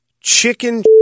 chicken